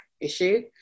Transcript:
Issue